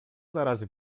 zaraz